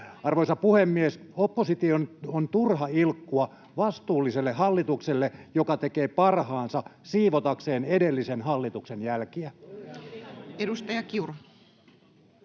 Arvoisa puhemies, opposition on turha ilkkua vastuulliselle hallitukselle, joka tekee parhaansa siivotakseen edellisen hallituksen jälkiä. [Speech 97]